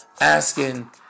asking